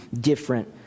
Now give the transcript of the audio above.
different